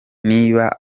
niba